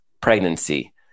pregnancy